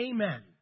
Amen